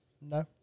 No